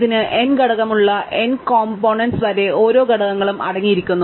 ഇതിന് n ഘടകങ്ങളുള്ള n components വരെ ഓരോ ഘടകങ്ങളും അടങ്ങിയിരിക്കുന്നു